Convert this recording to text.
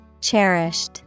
Cherished